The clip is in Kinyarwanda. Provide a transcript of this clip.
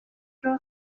joel